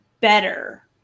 better